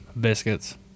biscuits